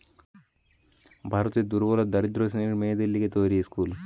ভারতের দুর্বল আর দরিদ্র শ্রেণীর মেয়েদের লিগে তৈরী স্কুল